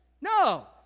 No